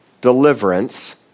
deliverance